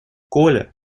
коля